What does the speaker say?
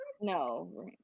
No